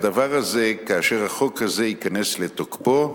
הדבר הזה, כאשר החוק הזה ייכנס לתוקפו,